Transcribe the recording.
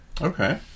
okay